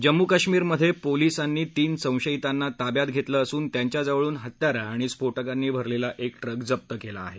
जम्मू कश्मिरमधे पोलिसांनी तीन संशयितांना ताब्यात घेतलं असून त्यांच्याजवळून हत्यारं आणि स्फोटकांनी भरलेला एक ट्रक जप्त केला आहे